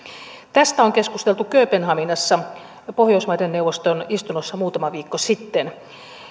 tästä on keskusteltu kööpenhaminassa pohjoismaiden neuvoston istunnossa muutama viikko sitten